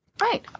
Right